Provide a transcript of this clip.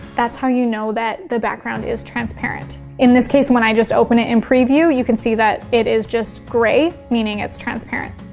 that's how you know that the background is transparent. in this case, when i just open it in preview you can see that it is just gray, meaning it's transparent.